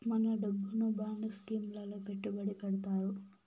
మన డబ్బును bond scheme లలో పెట్టుబడి పెడతారు